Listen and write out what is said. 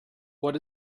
what